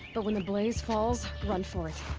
but when the blaze falls. run for it.